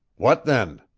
what then?